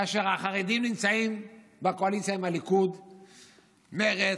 כאשר החרדים נמצאים בקואליציה עם הליכוד, מרצ,